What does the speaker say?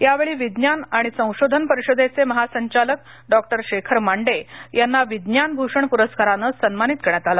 यावेळी विज्ञान आणि संशोधन परिषदेचे महासंचालक डॉ शेखर मांडे यांना विज्ञान भूषण पुरस्काराने सन्मानित करण्यात आलं